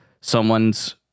someone's